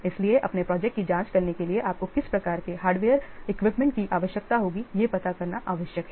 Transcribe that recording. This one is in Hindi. इसलिए अपने प्रोजेक्ट की जांच करने के लिए आपको किस प्रकार के हार्डवेयर इक्विपमेंट की आवश्यकता होगी यह पता करना आवश्यक है